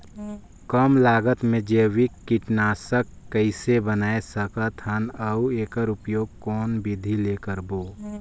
कम लागत मे जैविक कीटनाशक कइसे बनाय सकत हन अउ एकर उपयोग कौन विधि ले करबो?